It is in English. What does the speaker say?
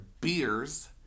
beers